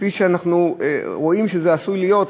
כפי שאנחנו רואים שזה עשוי להיות,